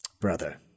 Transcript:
brother